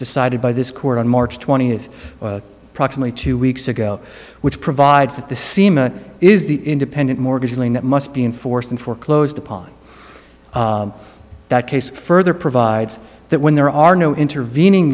decided by this court on march twentieth approximately two weeks ago which provides that the sima is the independent mortgage lien that must be enforced and foreclosed upon that case further provides that when there are no intervening